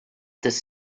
this